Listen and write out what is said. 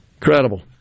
Incredible